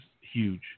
huge